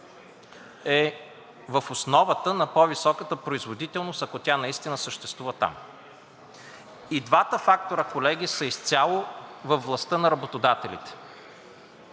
е в основата на по високата производителност, ако тя наистина съществува там. И двата фактора, колеги, са изцяло във властта на работодателите.